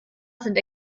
sind